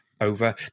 over